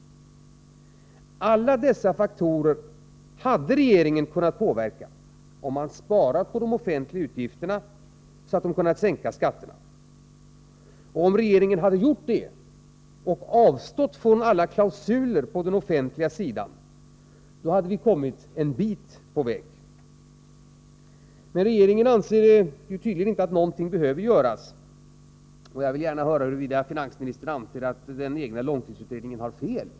Alla dessa faktorer hade regeringen kunnat påverka, om man hade sparat på de offentliga utgifterna, så att man hade kunnat sänka skatterna. Om regeringen hade gjort detta och avstått från alla klausuler på den offentliga sidan, hade vi kommit en bit på väg. Men regeringen anser tydligen att det inte behöver göras någonting. Jag vill gärna fråga huruvida finansministern anser att den egna långtidsutredningen har fel.